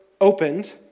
opened